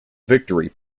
victory